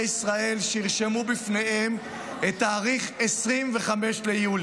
ישראל שירשמו בפניהם את 25 ביולי.